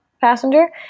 passenger